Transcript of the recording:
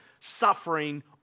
suffering